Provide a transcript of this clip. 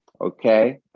okay